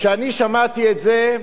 כשאני שמעתי את זה,